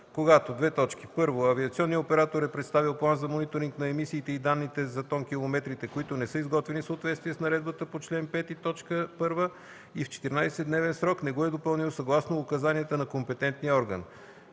когато: 1. авиационният оператор е представил план за мониторинг на емисиите и данните за тонкилометрите, които не са изготвени в съответствие с наредбата по чл. 5, т. 1, и в 14-дневен срок не го е допълнил съгласно указанията на компетентния орган;